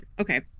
okay